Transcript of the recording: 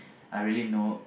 I really know